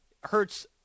hurts